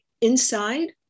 inside